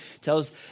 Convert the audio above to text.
tells